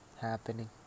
happening